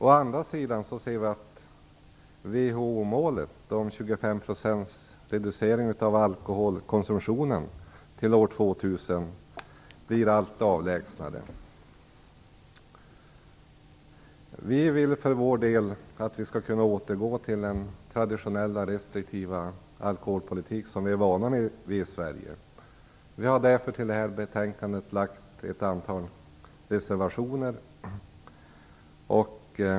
Å andra sidan ser vi att WHO 25 % till år 2000 blir allt avlägsnare. Vi vill för vår del att vi skall kunna återgå till den traditionella restriktiva alkoholpolitik som vi är vana vid i Sverige. Vi har därför till detta betänkande avgett ett antal reservationer.